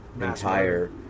entire –